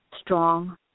strong